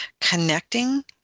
Connecting